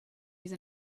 use